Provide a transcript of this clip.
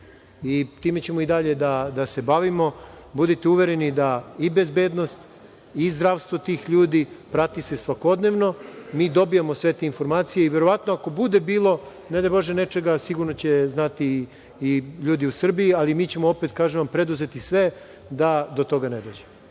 Time ćemo i dalje da se bavimo. Budite uvereni da i bezbednost i zdravstvo tih ljudi prati se svakodnevno, mi dobijamo sve te informacije i verovatno, ako bude bilo ne daj bože nečega, sigurno će znati i ljudi u Srbiji, ali mi ćemo, opet kažem vam, preduzeti sve da do toga ne dođe.